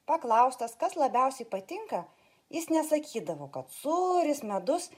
paklaustas kas labiausiai patinka jis nesakydavo kad sūris medus